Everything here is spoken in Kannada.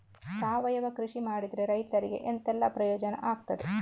ಸಾವಯವ ಕೃಷಿ ಮಾಡಿದ್ರೆ ರೈತರಿಗೆ ಎಂತೆಲ್ಲ ಪ್ರಯೋಜನ ಆಗ್ತದೆ?